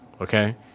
okay